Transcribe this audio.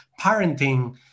parenting